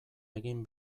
egin